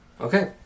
Okay